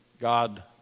God